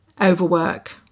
overwork